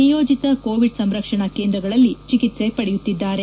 ನಿಯೋಜಿತ ಕೋವಿಡ್ ಸಂರಕ್ಷಣಾ ಕೇಂದ್ರಗಳಲ್ಲಿ ಚಿಕಿತ್ಸೆ ಪಡೆಯುತ್ತಿದ್ದಾರೆ